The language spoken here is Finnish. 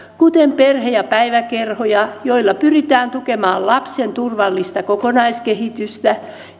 kuten perhe ja päiväkerhoja joilla pyritään tukemaan lapsen turvallista kokonaiskehitystä